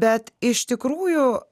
bet iš tikrųjų